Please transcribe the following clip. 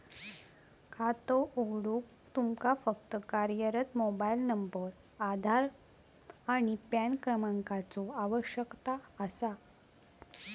खातो उघडूक तुमका फक्त कार्यरत मोबाइल नंबर, आधार आणि पॅन क्रमांकाचो आवश्यकता असा